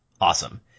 awesome